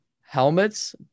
helmets